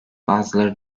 bazıları